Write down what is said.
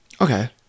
Okay